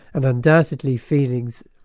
and undoubtedly feelings,